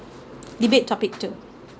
debate topic two